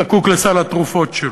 זקוק לסל התרופות שלו.